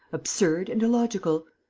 absurd and illogical.